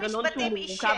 יש פה מנגנון מורכב,